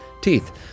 teeth